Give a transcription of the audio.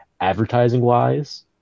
advertising-wise